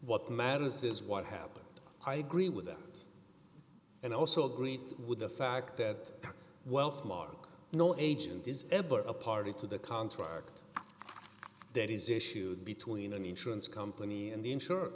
what matters is what happened i agree with that and also greet with the fact that wealth mark no agent is a party to the contract that is issued between an insurance company and the insur